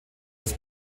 des